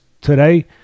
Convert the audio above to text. today